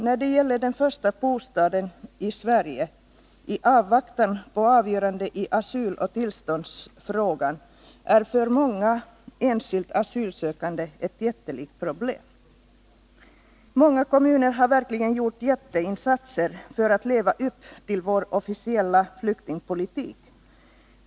Att få tag på den första bostaden i Sverige i avvaktan på avgörande i asyloch tillståndsfrågan är för många enskilda asylsökande ett jättelikt problem. Många kommuner har verkligen gjort stora insatser för att leva upp till målet för vår officiella flyktingpolitik.